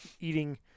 eating